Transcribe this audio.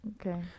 Okay